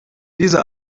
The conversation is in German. diese